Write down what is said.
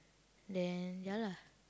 then ya lah